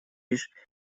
лишь